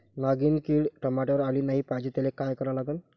नागिन किड टमाट्यावर आली नाही पाहिजे त्याले काय करा लागन?